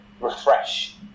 refresh